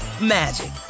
magic